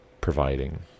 providing